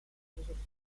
filosofia